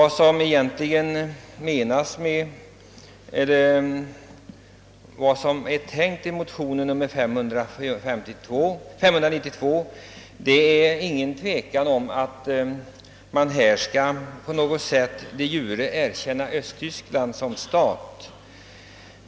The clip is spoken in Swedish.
Det är självklart att motionen 592 inte syftar till att på något sätt de jure erkänna Östtyskland som stat.